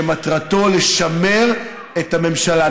שמטרתו לשמר את הממשלה.